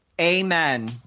Amen